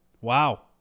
Wow